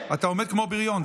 אתה עומד כמו בריון.